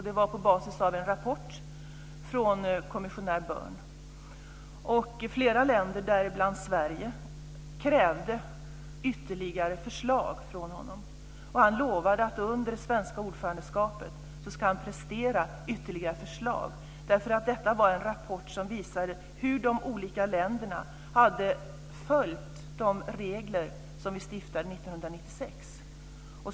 Det var på basis av en rapport från kommissionär Byrne. Flera länder, däribland Sverige, krävde ytterligare förslag från honom. Han lovade att han under den svenska ordförandeperioden ska prestera ytterligare förslag. Detta var en rapport som visade hur de olika länderna hade följt de regler som vi stiftade 1996.